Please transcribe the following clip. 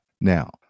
Now